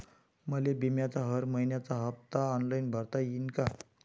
मले बिम्याचा हर मइन्याचा हप्ता ऑनलाईन भरता यीन का?